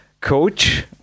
coach